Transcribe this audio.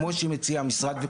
כמו שמציע המשרד,